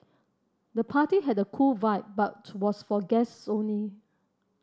the party had a cool vibe but to was for guests only